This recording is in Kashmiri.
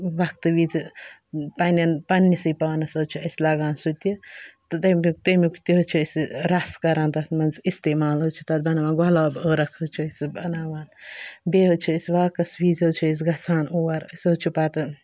وقتہٕ وِزِ پنٛنٮ۪ن پنٛںہِ سٕے پانَس حظ چھِ اَسہِ لگان سُہ تہِ تہٕ تمہِ تمیُک تہِ حظ چھِ أسۍ رَس کَران تَتھ منٛز استعمال حظ چھِ تَتھ بَناوان گۄلاب ٲرَکھ حظ چھِ أسۍ بَناوان بیٚیہِ حظ چھِ أسۍ واکَس وِز حظ چھِ أسۍ گژھان اور أسۍ حظ چھِ پَتہٕ